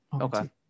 Okay